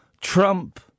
Trump